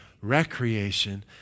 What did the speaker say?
recreation